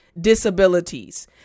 disabilities